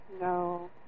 No